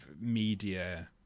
media